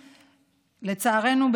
לצערנו,